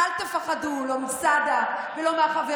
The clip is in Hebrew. זאת אהבה.